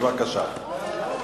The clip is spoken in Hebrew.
בבקשה.